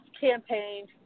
campaign